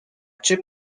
cię